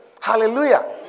Hallelujah